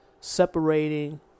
separating